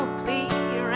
clear